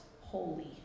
holy